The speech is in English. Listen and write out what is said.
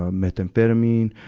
ah methamphetamine,